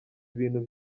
ibintu